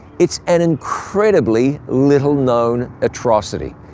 it's an incredibly little-known atrocity.